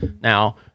now